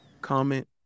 comment